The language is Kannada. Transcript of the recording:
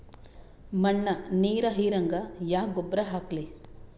ಮಣ್ಣ ನೀರ ಹೀರಂಗ ಯಾ ಗೊಬ್ಬರ ಹಾಕ್ಲಿ?